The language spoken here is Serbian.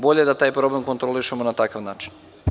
Bolje da taj problem kontrolišemo na takav način.